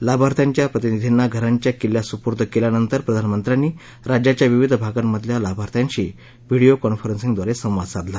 लाभार्थ्यांच्या प्रतिनिधींना घरांच्या किल्ल्या सुपूई केल्यानंतर प्रधानमंत्र्यांनी राज्याच्या विविध भागांमधल्या लाभार्थ्यांशी व्हिडियो कॉन्फरन्सिंगद्वारे संवाद साधला